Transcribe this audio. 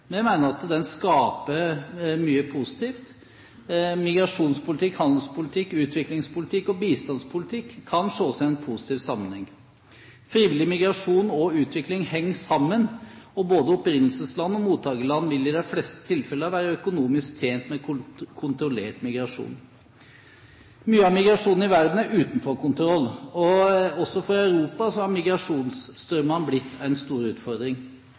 Vi mener at den skaper mye positivt. Migrasjonspolitikk, handelspolitikk, utviklingspolitikk og bistandspolitikk kan sees i en positiv sammenheng. Frivillig migrasjon og utvikling henger sammen. Både opprinnelsesland og mottakerland vil i de fleste tilfellene være økonomisk tjent med kontrollert migrasjon. Mye av migrasjonen i verden er utenfor kontroll, og også for Europa har migrasjonsstrømmene blitt en stor utfordring.